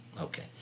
okay